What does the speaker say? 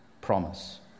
Promise